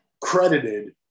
credited